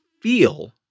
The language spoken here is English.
feel